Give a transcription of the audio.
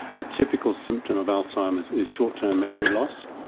a typical symptom of alzheimer's is short-term memory loss,